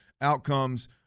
outcomes